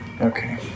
Okay